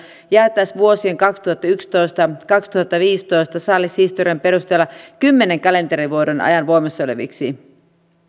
jaettaisiin vuosien kaksituhattayksitoista viiva kaksituhattaviisitoista saalishistorian perusteella kymmenen kalenterivuoden ajan voimassa oleviksi